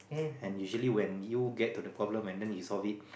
and usually when you get to the problem and then he solve it